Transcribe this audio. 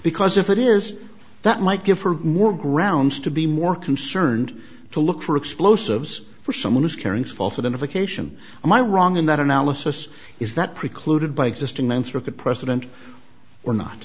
because if it is that might give her more grounds to be more concerned to look for explosives for someone who's carrying false identification am i wrong in that analysis is not precluded by existing lancer could president we're not